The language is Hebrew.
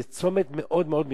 זה צומת מאוד מאוד מרכזי.